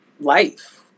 life